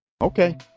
Okay